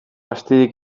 astirik